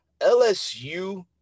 LSU